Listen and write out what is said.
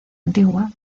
antigua